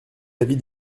l’avis